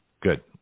Good